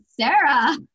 Sarah